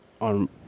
on